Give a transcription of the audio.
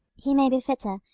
he may be fitter,